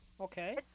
okay